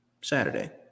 Saturday